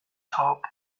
top